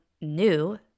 new